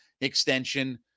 extension